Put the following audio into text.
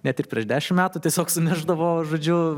net ir prieš dešimt metų tiesiog sunešdavo žodžiu